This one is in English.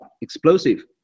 explosive